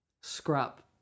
Scrap